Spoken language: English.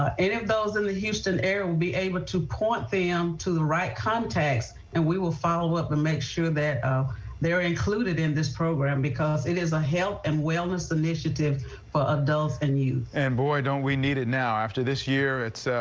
ah in the houston area will be able to point them to the right contacts and we will follow up and make sure that ah they're included in this program, because it is a health and wellness initiative for adults and youth. and boy, don't we need it now. after this year, it's